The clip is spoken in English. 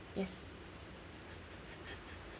yes